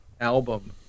album